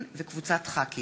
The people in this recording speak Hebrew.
לדיון מוקדם: